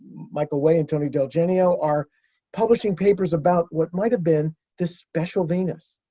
michael way and tony del genio, are publishing papers about what might have been this special venus.